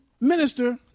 minister